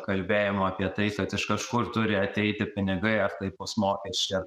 kalbėjimu apie tai kad iš kažkur turi ateiti pinigai ar tai bus mokesčiai ar